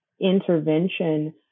intervention